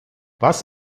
was